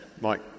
Mike